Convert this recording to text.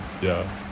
ya